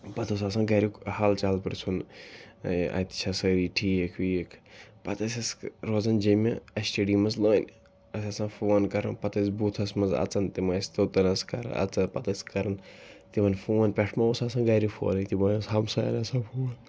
پَتہٕ اوس آسان گَریُک حال چَال پِرٛژھُن اَتہِ چھا سٲری ٹھیٖک ویٖک پَتہٕ ٲسۍ أسۍ روزان جیٚمہِ اٮ۪س ٹی ڈی منٛز لٲنہِ اَسہِ آسان فون کَرُن پَتہٕ ٲسۍ بوٗتھَس منٛز اَژان تِم ٲسۍ توٚتَن ٲس کَران اَژان پَتہٕ ٲسۍ کَران تِمَن فون پٮ۪ٹھٕ مہ اوس آسان گَرِ فونٕے تِمَن اوس ہَمساین آسان فون